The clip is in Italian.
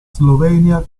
slovenia